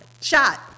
shot